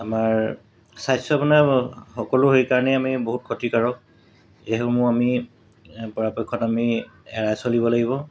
আমাৰ স্বাস্থ্য মানে সকলো সেইকাৰণেই আমি বহুত ক্ষতিকাৰক এইসমূহ আমি পৰাপক্ষত আমি এৰাই চলিব লাগিব